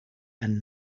and